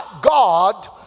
God